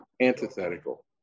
antithetical